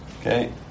Okay